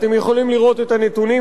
אתם יכולים לראות את הנתונים,